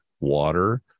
water